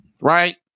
right